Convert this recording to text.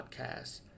podcast